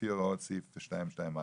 לפי הוראות סעיף 224,